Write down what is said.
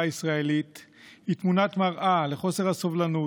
הישראלית היא תמונת מראה לחוסר הסובלנות,